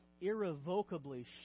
irrevocably